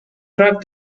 crack